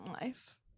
life